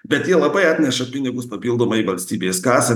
bet jie labai atneša pinigus papildomai į valstybės kasą